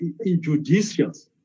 injudicious